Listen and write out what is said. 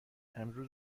امروز